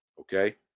Okay